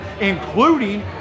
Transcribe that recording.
including